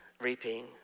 reaping